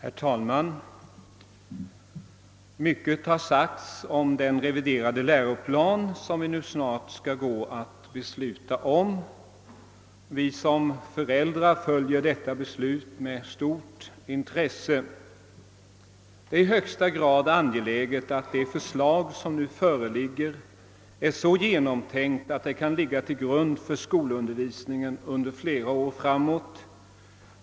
Herr talman! Mycket har sagts om den reviderade läroplan som nu riksdagen skall gå att besluta om och i egenskap av föräldrar följer vi detta beslut med särskilt stort intresse. Det är i högsta grad angeläget att den läroplan som antages är så genomtänkt, att den kan ligga till grund för skolundervisningen under flera år framåt.